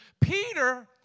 Peter